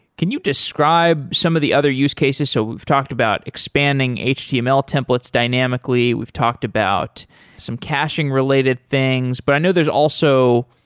can you describe some of the other use cases? so we've talked about expanding html templates dynamically. we've talked about some caching related things, but i know there's also,